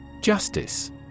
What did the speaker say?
Justice